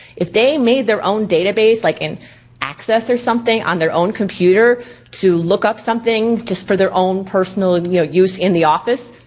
if they made their own database, like an access or something on their own computer to look up something just for their own personal you know use in the office,